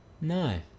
No